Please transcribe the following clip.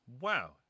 Wow